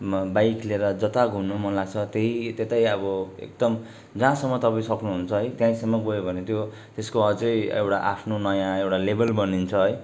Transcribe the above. bike लिएर जता घुम्नु मन लाग्छ त्यहीँ त्यतै अब एकदम जहाँसम्म तपाईँ सक्नु हुन्छ है त्यहीँसम्म गयो भने त्यो त्यसको अझ एउटा आफ्नो नयाँ एउटा लेभल बनिन्छ है